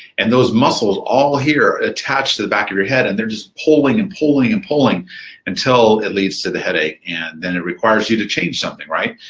and those muscles all here attach to the back of your head, and they're just pulling and pulling and pulling until it leads to the headache, and then it requires you to change something, right?